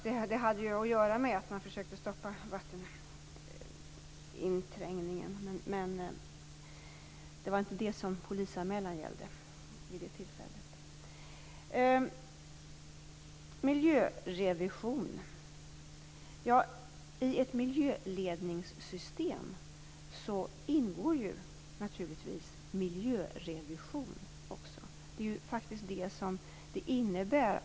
Det hade att göra med att man försökte stoppa vatteninträngningen, men det var inte det som polisanmälan gällde vid det tillfället. I ett miljöledningssystem ingår naturligtvis också miljörevision.